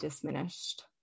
diminished